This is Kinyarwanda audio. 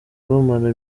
bamara